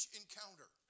encounter